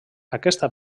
aquesta